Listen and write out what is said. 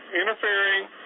interfering